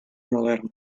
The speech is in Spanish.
moderno